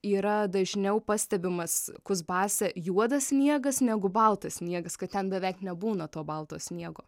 yra dažniau pastebimas kuzbase juodas sniegas negu baltas sniegas kad ten beveik nebūna to balto sniego